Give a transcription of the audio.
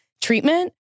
treatment